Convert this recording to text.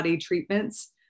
treatments